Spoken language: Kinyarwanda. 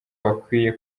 bakwiye